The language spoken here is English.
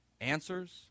answers